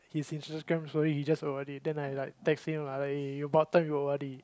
his Instagram story he just O_R_D then I text him lah like about time you O_R_D